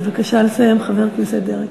בבקשה לסיים, חבר הכנסת דרעי.